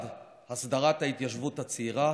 1. הסדרת ההתיישבות הצעירה,